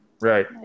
Right